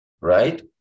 Right